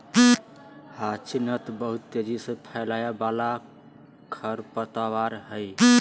hyacinth बहुत तेजी से फैलय वाला खरपतवार हइ